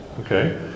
okay